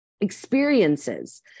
experiences